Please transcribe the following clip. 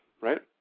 right